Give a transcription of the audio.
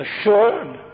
assured